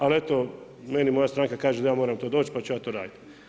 Ali eto meni moja stranka kaže da ja moram to doći pa ću ja to raditi.